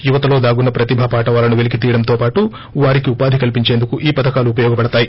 యువతలో దాగున్న ప్రతిభాపాటవాలను పెలికి తీయడంతో పాటు వారికి ఉపాధి కల్సెంచేందుకు ఈ పధకాలు ఉపయోగపడతాయి